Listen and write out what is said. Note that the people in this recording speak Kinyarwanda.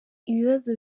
ibibazo